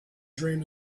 dream